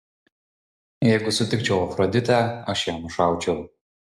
jeigu sutikčiau afroditę aš ją nušaučiau